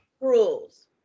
Rules